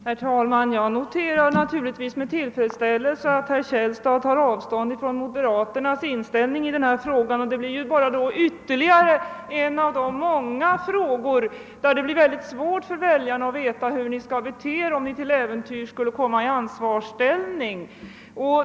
Herr talman! Jag noterar naturligtvis med tillfredsställelse att herr Källstad tar avstånd från moderata samlingspartiets inställning i denna fråga — det blir ytterligare en av många frågor där det blir svårt för väljarna att veta hur ni skall bete er om ni till äventyrs skulle komma i ansvarsställning.